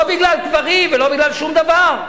לא בגלל קברים ולא בגלל שום דבר,